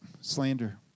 slander